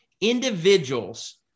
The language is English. individuals